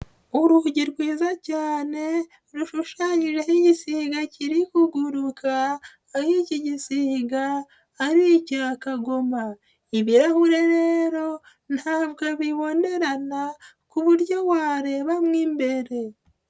Urugi rwiza cyane rushushanyije igisiga kiri kuguruka, aho iki gisiga ari icya Kagoma, ibirahure rero ntabwo bibonerana ku buryo warebamo imbere.